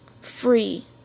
free